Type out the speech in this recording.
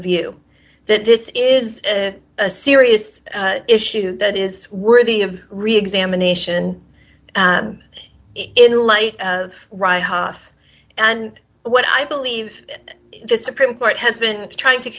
view that this is a serious issue that is worthy of reexamination in light of rye hoth and what i believe the supreme court has been trying to